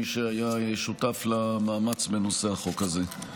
מי שהיה שותף למאמץ בנושא החוק הזה.